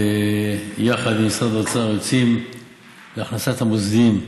יחד עם משרד האוצר יוצאים להכנסת המוסדיים,